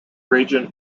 region